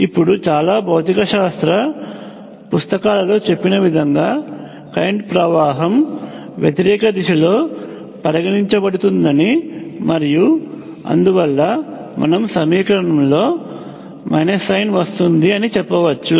ఇప్పుడు చాలా భౌతికశాస్త్రం పుస్తకాలలోచెప్పిన విధంగా కరెంట్ ప్రవాహం వ్యతిరేఖ దిశలో పరిగణించబడుతుందని మరియు అందువల్ల మనం సమీకరణంలో మైనస్ సైన్ వస్తుంది అని చెప్పవచ్చు